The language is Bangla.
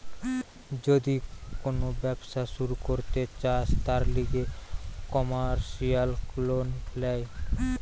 যদি কোন ব্যবসা শুরু করতে চায়, তার লিগে কমার্সিয়াল লোন ল্যায়